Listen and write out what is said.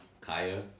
Kaya